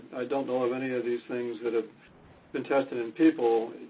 don't know of any of these things that have been tested in people.